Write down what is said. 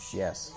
yes